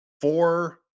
Four